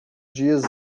dias